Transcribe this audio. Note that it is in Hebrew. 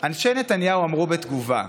אנשי נתניהו אמרו בתגובה: